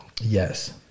Yes